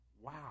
Wow